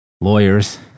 Lawyers